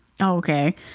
Okay